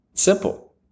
simple